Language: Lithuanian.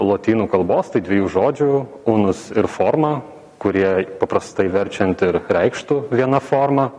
lotynų kalbos tai dviejų žodžių unus ir forma kurie paprastai verčiant ir reikštų viena forma